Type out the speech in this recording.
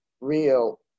real